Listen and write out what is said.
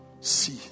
See